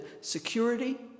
security